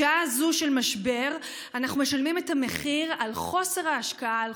בשעה זו של משבר אנחנו משלמים את המחיר על חוסר ההשקעה,